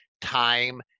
time